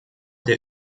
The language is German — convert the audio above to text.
der